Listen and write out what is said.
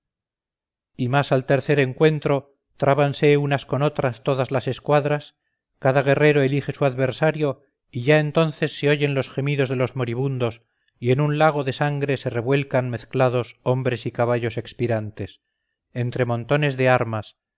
y mas al tercer encuentro trábanse unas con otras todas las escuadras cada guerrero elige su adversario y ya entonces se oyen los gemidos de los moribundos y en un lago de sangre se revuelcan mezclados hombres y caballos expirantes entre montones de armas